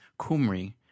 Kumri